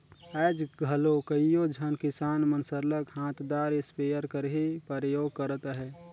आएज घलो कइयो झन किसान मन सरलग हांथदार इस्पेयर कर ही परयोग करत अहें